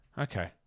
Okay